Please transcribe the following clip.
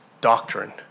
doctrine